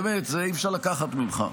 באמת, את זה אי-אפשר לקחת ממך.